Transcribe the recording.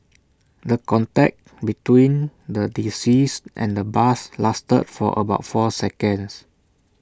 the contact between the deceased and the bus lasted for about four seconds